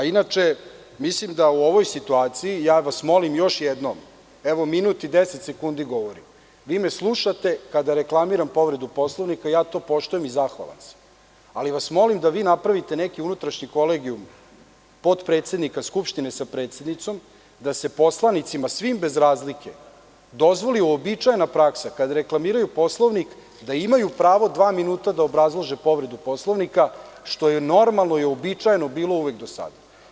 Inače, mislim da u ovoj situaciji, ja vas molim još jednom, evo, minut i 10 sekundi govorim, vi me slušate kada reklamiram povredu Poslovnika i ja to poštujem i zahvalan sam, ali vas molim da vi napravite neki unutrašnji kolegijum, potpredsednika Skupštine sa predsednicom, da se poslanicima, svim bez razlike, dozvoli uobičajena praksa kad reklamiraju Poslovnik da imaju pravo dva minuta da obrazlože povredu Poslovnika, što je normalno i uobičajeno bilo uvek do sada.